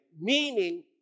meaning